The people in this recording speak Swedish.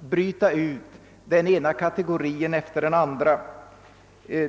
bryta ut den ena kategorin efter den andra.